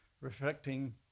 reflecting